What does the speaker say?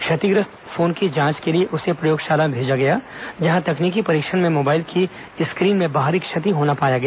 क्षतिग्रस्त फोन की जांच के लिए उसे प्रयोगशाला में भेजा गया जहां तकनीकी परीक्षण में मोबाइल की स्क्रीन में बाहरी क्षति होना पाया गया